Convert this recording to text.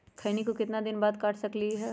खैनी को कितना दिन बाद काट सकलिये है लगभग?